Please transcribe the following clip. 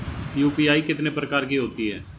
UPI कितने प्रकार की होती हैं?